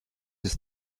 ist